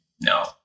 No